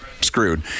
screwed